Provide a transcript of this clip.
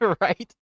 Right